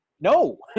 No